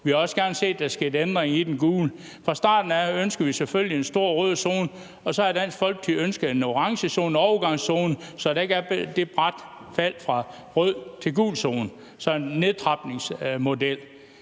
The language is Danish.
vi havde også gerne set, at der var sket ændringer i den gule zone. Fra starten af har Dansk Folkeparti selvfølgelig ønsket en stor rød zone, og vi har også ønsket en orange zone, en overgangszone, så der ikke er det bratte fald fra rød til gul zone, altså en nedtrapningsmodel.